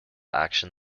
action